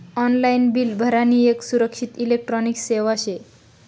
online bill भरानी येक सुरक्षित इलेक्ट्रॉनिक सेवा शे